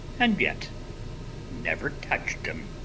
and yet never touched em.